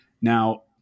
Now